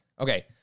Okay